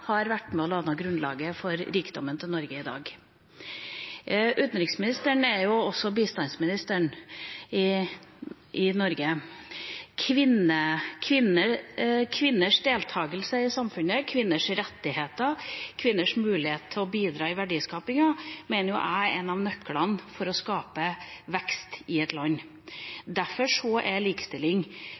har vært med på å danne grunnlaget for Norges rikdom i dag. Utenriksministeren er også bistandsministeren i Norge. Jeg mener at kvinners deltagelse i samfunnet, kvinners rettigheter og kvinners mulighet til å bidra i verdiskapingen er en av nøklene til å skape vekst i et land. Derfor er likestilling